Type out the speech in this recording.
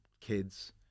kids